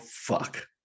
fuck